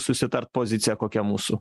susitart pozicija kokia mūsų